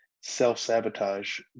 self-sabotage